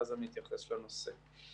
ואז אני אתייחס לנושא.